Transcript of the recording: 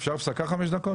אפשר הפסקה חמש דקות?